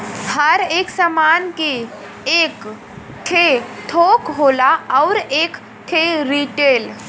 हर एक सामान के एक ठे थोक होला अउर एक ठे रीटेल